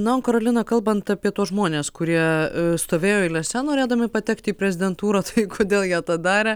na o karolina kalbant apie tuos žmones kurie stovėjo eilėse norėdami patekti į prezidentūrą tai kodėl jie tą darė